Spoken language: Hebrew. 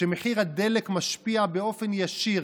כשמחיר הדלק משפיע באופן ישיר,